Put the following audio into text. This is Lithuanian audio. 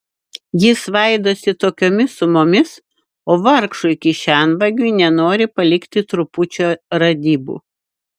jis svaidosi tokiomis sumomis o vargšui kišenvagiui nenori palikti trupučio radybų